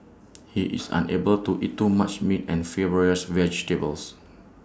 he is unable to eat too much meat and fibrous vegetables